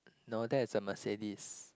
no that's a Mercedes